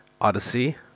Odyssey